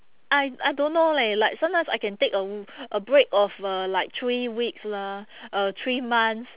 I I don't know leh like sometimes I can take a a break of uh like three weeks lah uh three months